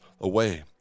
away